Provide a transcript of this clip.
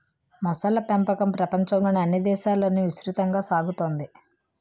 మొసళ్ళ పెంపకం ప్రపంచంలోని అన్ని దేశాలలోనూ విస్తృతంగా సాగుతోంది